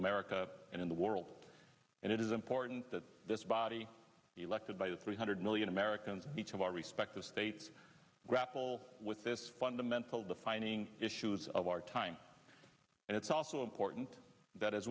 america and in the world and it is important that this body elected by the three hundred million americans each of our respective states grapple with this fundamental defining issues of our time and it's also important that as